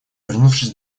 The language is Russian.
вернувшись